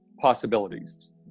possibilities